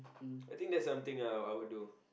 I think that's something I I would do